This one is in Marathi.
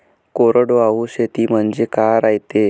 कोरडवाहू शेती म्हनजे का रायते?